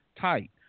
tight